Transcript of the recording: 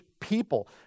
people